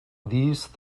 these